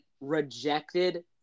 rejected